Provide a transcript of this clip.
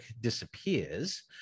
disappears